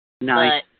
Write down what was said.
Nice